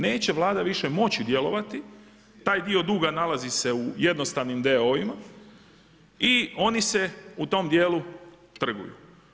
Neće Vlada više moći djelovati, taj dio duga nalazi se u jednostavnim d.o.o.-ima i oni se u tom djelu trguju.